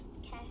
Okay